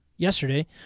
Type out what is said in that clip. yesterday